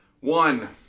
One